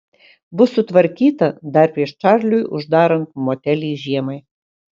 bus sutvarkyta dar prieš čarliui uždarant motelį žiemai